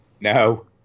No